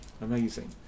Amazing